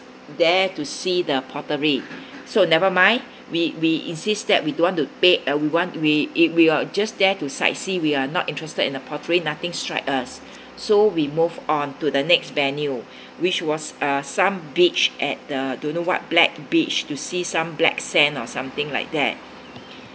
there to see the pottery so never mind we we insist that we don't want to pay uh we want we we were just there to sightsee we are not interested in the pottery nothing strike us so we move on to the next venue which was uh some beach at the don't know what black beach to see some black sand or something like that